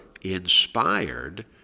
inspired